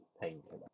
painkiller